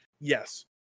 Yes